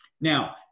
now